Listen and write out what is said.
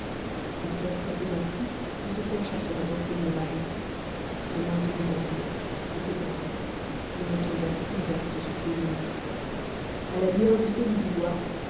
sa tête s'appesantit et se pencha sur la poitrine de marie ses mains se détendirent se séparèrent et retombèrent ouvertes sur ses genoux a la lueur du feu du bivouac